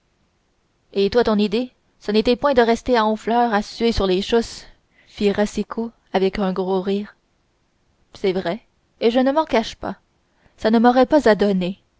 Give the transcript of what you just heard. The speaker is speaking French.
et ton idée à toi ça n'était point de rester à honfleur à suer sur les chousses fit racicot avec un gros rire c'est vrai et je ne m'en cache pas ça ne m'aurait pas adonné